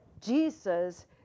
jesus